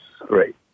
great